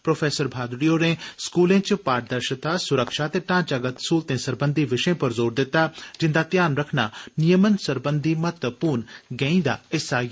pro Bhaduri होरें स्कूलें च पारदर्शता सुरक्षा ते ढांचागत सहूलतें सरबंधी विषयें पर जोर दित्ता जिंदा ध्यान रखना नियमन सरबंधी महत्वपूर्ण गैंई दा हिस्सा ऐ